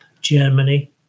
Germany